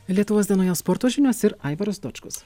lietuvos dienoje sporto žinios ir aivaras dočkus